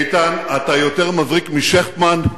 איתן, אתה יותר מבריק משכטמן,